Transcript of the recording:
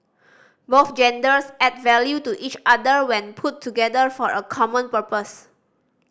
both genders add value to each other when put together for a common purpose